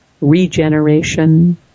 regeneration